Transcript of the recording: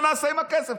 מה נעשה עם הכסף?